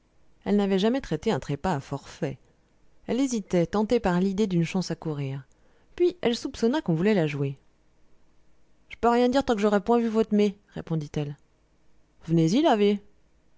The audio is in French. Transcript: elle n'avait jamais traité un trépas à forfait elle hésitait tentée par l'idée d'une chance à courir puis elle soupçonna qu'on voulait la jouer j'peux rien dire tant qu'j'aurai point vu vot mé répondit-elle vnez y la